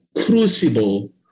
crucible